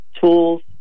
tools